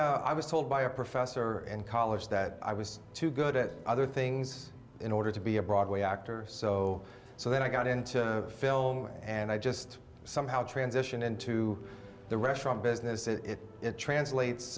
i was told by a professor in college that i was too good at other things in order to be a broadway actor so so then i got into film and i just somehow transition into the restaurant business and it translates